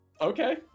okay